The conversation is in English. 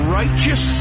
righteous